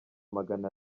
magana